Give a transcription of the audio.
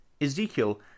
Ezekiel